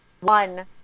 One